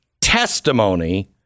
testimony